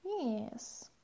yes